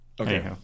Okay